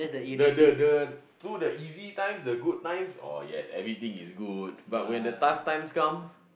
the the the to the easy times the good times oh yes everything is good but when the tough times come